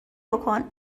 بکن